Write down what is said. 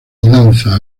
lanza